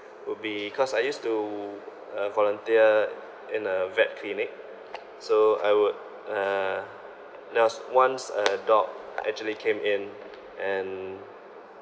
would be cause I used to uh volunteer in a vet clinic so I would uh there was once a dog actually came in and